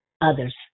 others